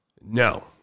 no